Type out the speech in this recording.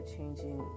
changing